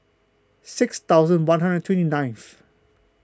six thousand one hundred and twenty ninth